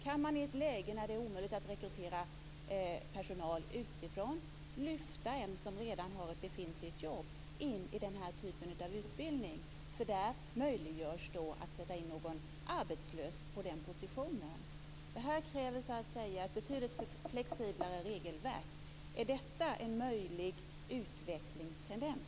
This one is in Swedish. Kan man i ett läge, då det är omöjligt att rekrytera personal utifrån, flytta en som redan har ett befintligt jobb till den här typen av utbildning? På den lämnade positionen finns det då möjlighet att sätta in en arbetslös. Det här kräver ett betydligt flexiblare regelverk. Är detta en möjlig utvecklingstendens?